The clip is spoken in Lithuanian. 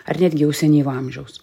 ar netgi jau senyvo amžiaus